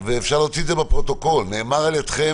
ואפשר להוציא את זה מהפרוטוקול נאמר על ידכם,